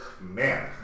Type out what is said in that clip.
Man